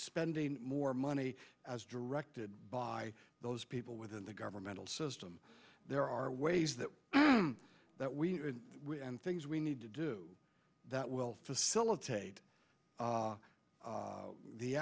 spending more money as directed by those people within the governmental system there are ways that that we will and things we need to do that will facilitate the a